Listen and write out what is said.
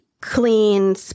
clean